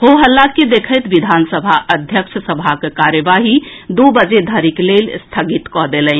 हो हल्ला के देखैत विधानसभा अध्यक्ष सभाक कार्रवाही दू बजे धरिक लेल स्थगित कऽ देलनि